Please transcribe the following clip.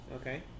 Okay